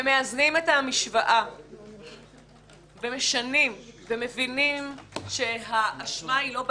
-- ומאזנים את המשוואה ומשנים ומבינים שהאשמה היא לא באישה,